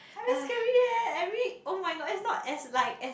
!huh! very scary eh every oh-my-god it's not as like as